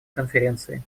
конференции